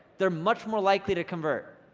they're much more likely to convert.